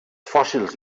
fòssils